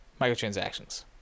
microtransactions